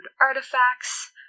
artifacts